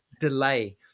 delay